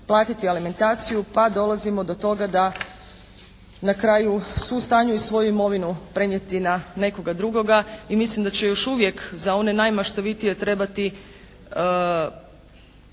platiti alimentaciju, pa dolazimo do toga da na kraju su u stanju i svoju imovinu prenijeti na nekoga drugoga. I mislim da će još uvijek za one najmaštovitije trebati